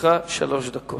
לרשותך שלוש דקות.